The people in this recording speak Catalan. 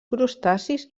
crustacis